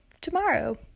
tomorrow